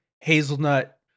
hazelnut